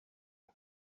eux